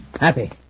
Happy